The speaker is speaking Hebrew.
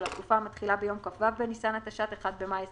ולתקופה המתחילה ביום כ"ו בניסן התשע"ט (1 במאי 2019)